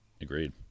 Agreed